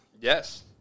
Yes